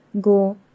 go